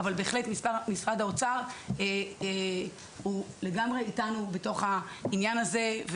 אבל החלט משרד האוצר לגמרי איתנו בעניין הזה,